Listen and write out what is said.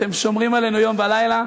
ואתם שומרים עלינו יום ולילה,